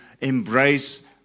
embrace